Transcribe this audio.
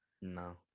no